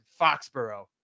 Foxborough